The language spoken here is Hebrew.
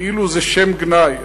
כאילו זה שם גנאי.